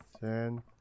Ten